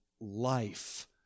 life